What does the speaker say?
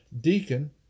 deacon